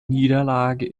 niederlage